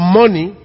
money